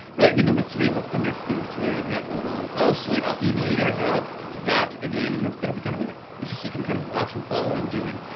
right? and then number three, what's the next number three that i've got going on? oh sweet i'll email you guys out that again and that'll be kind of it. it's just you can kind of watch and follow what i'm doing.